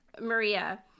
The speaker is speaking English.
Maria